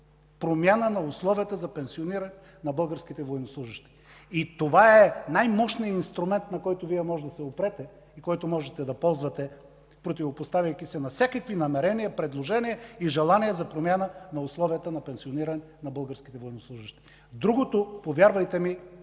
промяна в условията за пенсиониране на българските военнослужещи. Това е най-мощният инструмент, на който можете да се опрете и да ползвате, противопоставяйки се на всякакви намерения, предложения и желания за промяна в условията за пенсиониране на българските военнослужещи. Другото, повярвайте ми,